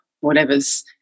whatever's